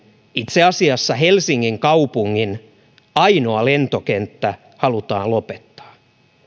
itse asiassa ainoa tällainen helsingin kaupungin lentokenttä halutaan lopettaa